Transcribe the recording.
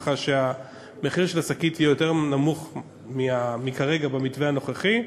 כך שהמחיר של השקית יהיה נמוך מהמחיר במתווה הנוכחי.